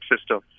system